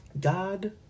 God